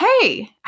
hey